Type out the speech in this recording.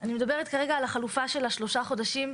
אני מדברת כרגע על החלופה של שלושה חודשים,